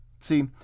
See